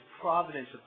providence